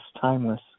timeless